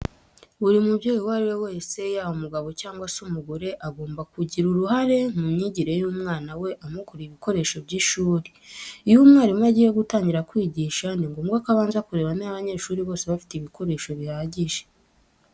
Buri mubyeyi uwo ari we wese yaba umugabo cyangwa se umugore, agomba kugira uruhare mu myigire y'umwana we amugurira ibikoresho by'ishuri. Iyo umwarimu agiye gutangira kwigisha ni ngombwa ko abanza kureba niba abanyeshuri bose bafite ibikoresho bihagije.